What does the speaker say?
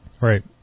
Right